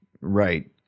right